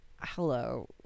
hello